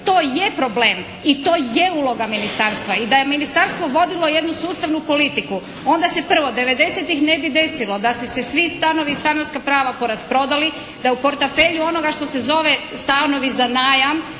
To je problem i to je uloga ministarstva i da je ministarstvo vodilo jednu sustavnu politiku onda se prvo 90-tih ne bi desilo da su se svi stanovi i stanarska prava porasprodali, da je u portafelju onoga što se zove stanovi za najam